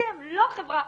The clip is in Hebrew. לא החברה,